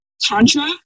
tantra